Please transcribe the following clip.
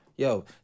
Yo